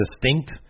distinct